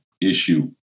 issue